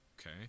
okay